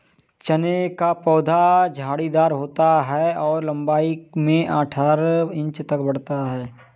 चने का पौधा झाड़ीदार होता है और लंबाई में अठारह इंच तक बढ़ता है